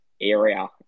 area